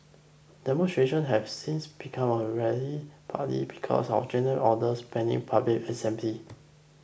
demonstration have since become a rarity partly because of junta orders banning public assembly